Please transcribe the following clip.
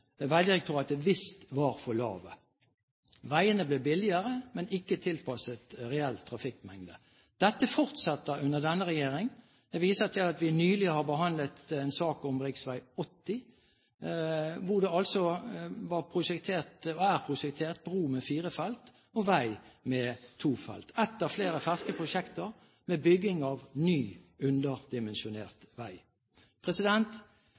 Vegdirektoratet var for lave. Veiene ble billigere, men ikke tilpasset reell trafikkmengde. Dette fortsetter under denne regjering. Jeg viser til at vi nylig har behandlet en sak om rv. 80, hvor det altså er prosjektert bru med fire felt og vei med to felt – ett av flere ferske prosjekt med bygging av ny